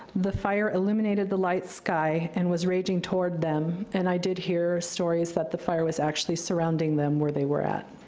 the fire eliminated the light sky and was raging toward them and i did hear stories that the fire was actually surrounding them where they were at.